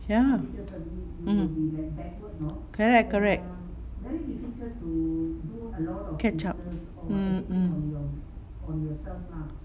ya mm correct correct catch up mm mm